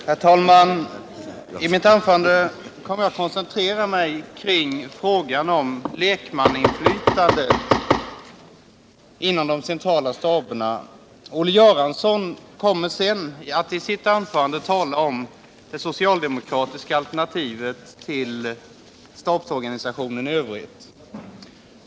Herr talman! I detta anförande kommer jag att koncentrera mig kring frågan om lekmannainflytandet inom de centrala staberna. Olle Göransson kommer senare att tala om det socialdemokratiska alternativet till stabsorganisationen i övrigt.